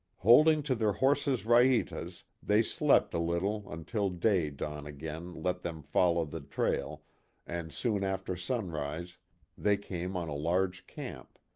holding to their horses raitas they slept a little until day dawn again let them follow the trail and soon after sunrise they came on a large camp.